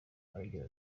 agira